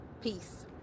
Peace